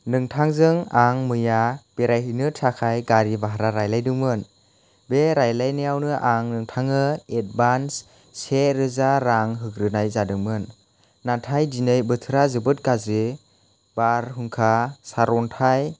नोंथांजों आं मैया बेरायहैनो गारि भारा रायज्लायदोंमोन बे रायज्लायनायावनो आं नोंथाङो एडबान्स से रोजा रां होग्रोनाय जादोंमोन नाथाय दिनै बोथोरा गाज्रि बारहुंखा सार अन्थाइ